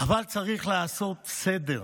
אבל צריך לעשות סדר,